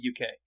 UK